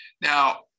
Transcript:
now